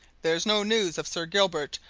there's no news of sir gilbert,